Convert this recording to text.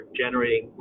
generating